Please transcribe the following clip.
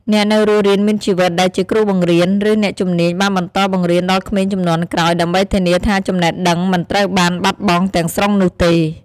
អ្នកនៅរស់រានមានជីវិតដែលជាគ្រូបង្រៀន ឬអ្នកជំនាញបានបន្តបង្រៀនដល់ក្មេងជំនាន់ក្រោយ ដើម្បីធានាថាចំណេះដឹងមិនត្រូវបានបាត់បង់ទាំងស្រុងនោះទេ។